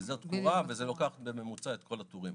וזה לוקח בממוצע את כל הטורים.